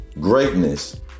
greatness